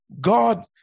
God